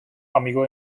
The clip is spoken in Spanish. amigo